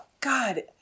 God